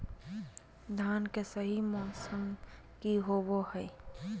धान के सही मौसम की होवय हैय?